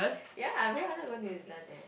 ya I really wanted to go New-Zealand eh